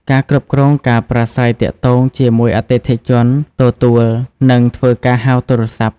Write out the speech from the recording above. ការគ្រប់គ្រងការប្រាស្រ័យទាក់ទងជាមួយអតិថិជន ទទួល និងធ្វើការហៅទូរស័ព្ទ។